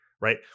right